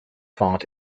font